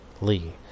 Lee